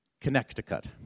Connecticut